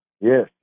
yes